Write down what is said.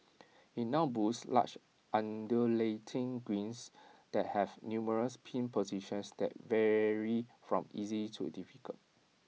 IT now boasts large undulating greens that have numerous pin positions that vary from easy to difficult